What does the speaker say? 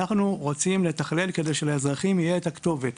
אנחנו רוצים לתכלל כדי שלאזרחים תהיה כתובת.